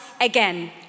again